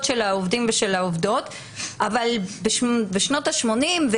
של העובדים ושל העובדות אבל שנות ה-80,